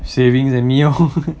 savings and me lor